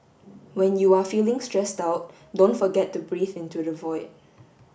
when you are feeling stressed out don't forget to breathe into the void